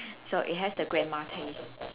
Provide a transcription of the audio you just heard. so it has the grandma taste